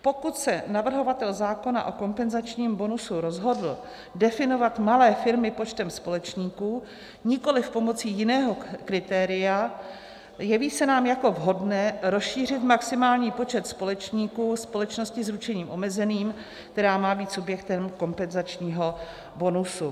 Pokud se navrhovatel zákona o kompenzačním bonusu rozhodl definovat malé firmy počtem společníků, nikoliv pomocí jiného kritéria, jeví se nám jako vhodné rozšířit maximální počet společníků společnosti s ručením omezeným, která má být subjektem kompenzačního bonusu.